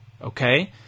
okay